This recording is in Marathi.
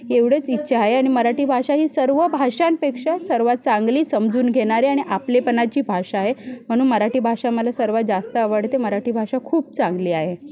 एवढेच इच्छा आहे आणि मराठी भाषा ही सर्व भाषांपेक्षा सर्वात चांगली समजून घेणारी आणि आपलेपणाची भाषा आहे म्हणून मराठी भाषा मला सर्वात जास्त आवडते मराठी भाषा खूप चांगली आहे